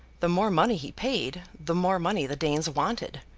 the more money he paid, the more money the danes wanted.